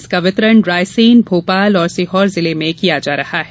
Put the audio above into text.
इसका वितरण रायसेन भोपाल और सीहोर जिले में किया जा रहा है